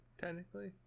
technically